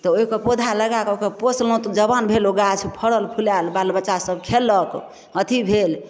तऽ ओइके पौधा लगाकऽ ओइके पोसलहुँ तऽ जबान भेल ओ गाछ फड़ल फुलायल बाल बच्चा सब खयलक अथी भेल